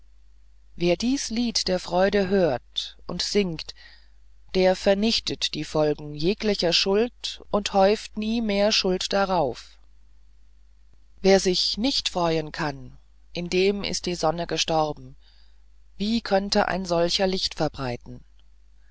wer dies lied der freude hört und singt der vernichtet die folgen jeglicher schuld und häuft nie mehr schuld darauf wer sich nicht freuen kann in dem ist die sonne gestorben wie könnte ein solcher licht verbreiten